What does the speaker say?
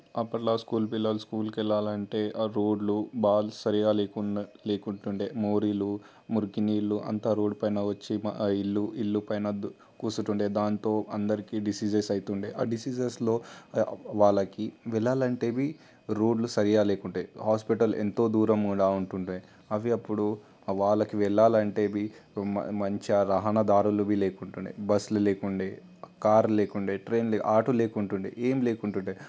అప్పట్లో స్కూల్ పిల్లలు స్కూల్కి వెళ్ళాలంటే ఆ రోడ్లు బాలు సరిగా లేకున్నా లేకుంటుండే మోరీలు మురికి నీళ్లు అంత రోడ్డుపైన వచ్చి మా ఇల్లు ఇల్లు పైన కూర్చుంటుండే దాంతో అందరికీ డిసీజెస్ అయితుండే ఆ డిసీజెస్లో వాళ్ళకి వెళ్ళాలంటే రోడ్లు సరిగా లేకుండే హాస్పిటల్ ఎంతో దూరంగా ఉంటుండే అవి అప్పుడు వాళ్ళకి వెళ్ళాలంటే మ మంచిగా రహదారులవి లేకుంటుండే బస్సులు లేకుండే కార్ లేకుండా ట్రైన్ లేకుండే ఆటోలు లేకుండే ఏమీ లేకుండే